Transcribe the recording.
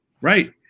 right